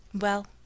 Well